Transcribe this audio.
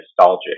nostalgic